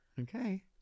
Okay